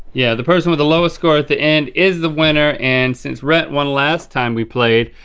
yeah, the person with the lowest score at the end is the winner and since rhett won last time we played,